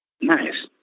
Nice